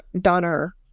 Donner